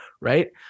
right